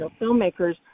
filmmakers